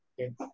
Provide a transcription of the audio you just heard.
Okay